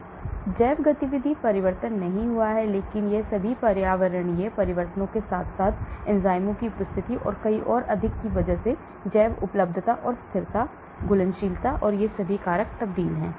तो जैव गतिविधि परिवर्तन नहीं हुआ है लेकिन इन सभी पर्यावरणीय परिवर्तनों के साथ साथ एंजाइमों की उपस्थिति और कई और अधिक की वजह से जैवउपलब्धता और स्थिरता घुलनशीलता और ये सभी कारक तबदील हैं